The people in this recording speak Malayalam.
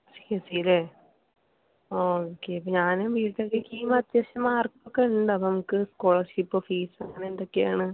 ടി സിലെ ആ ഓക്കെ ഇപ്പോൾ ഞാനും കിംസിനും അത്യാവശ്യം മാർക്കൊക്കെ ഉണ്ട് അപ്പോൾ നമുക്ക് സ്കോളർഷിപ്പ് ഫീസ് അങ്ങനെ എന്തൊക്കെയാണ്